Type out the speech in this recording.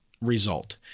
result